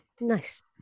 Nice